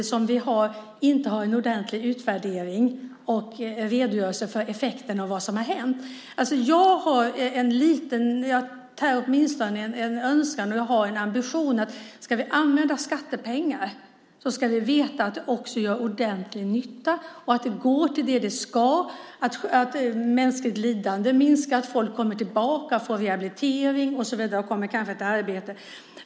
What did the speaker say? Vi har ännu ingen ordentlig utvärdering och redogörelse för effekterna av det som har hänt. Jag har en önskan och ambition att om vi ska använda skattepengar så ska vi veta att de också gör ordentlig nytta, att de går till det de ska, att mänskligt lidande minskar och att folk kommer tillbaka, får rehabilitering och så vidare, så att de kanske kommer till arbete.